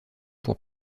pour